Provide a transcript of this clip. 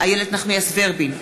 איילת נחמיאס ורבין,